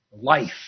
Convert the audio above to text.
life